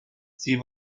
sie